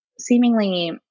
seemingly